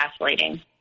gaslighting